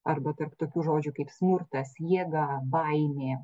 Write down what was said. arba tarp tokių žodžių kaip smurtas jėga baimė